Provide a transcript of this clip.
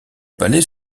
palais